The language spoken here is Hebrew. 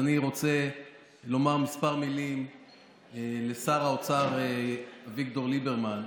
אני רוצה לומר כמה מילים לשר האוצר אביגדור ליברמן.